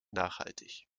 nachhaltig